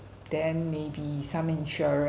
then maybe some insurance